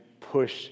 push